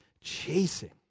chasing